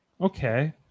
Okay